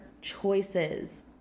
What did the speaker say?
choices